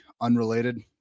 unrelated